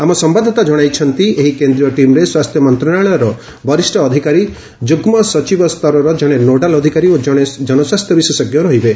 ଆମ ସମ୍ଘାଦଦାତା ଜଣାଇଛନ୍ତି ଏହି କେନ୍ଦ୍ରୀୟ ଟିମ୍ରେ ସ୍ୱାସ୍ଥ୍ୟ ମନ୍ତ୍ରଣାଳୟର ବରିଷ୍ଠ ଅଧିକାରୀ ଯୁଗ୍ମସଚିବ ସ୍ତରର ଜଣେ ନୋଡାଲ ଅଧିକାରୀ ଓ ଜଣେ ଜନସ୍ୱାସ୍ଥ୍ୟ ବିଶେଷଜ୍ଞ ରହିବେ